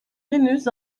henüz